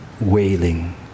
wailing